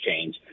change